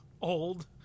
Old